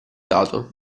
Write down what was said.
dato